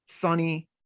sunny